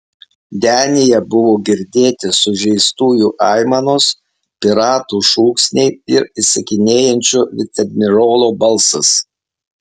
denyje buvo girdėti sužeistųjų aimanos piratų šūksniai ir įsakinėjančio viceadmirolo balsas